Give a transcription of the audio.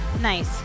Nice